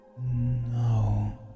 No